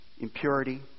impurity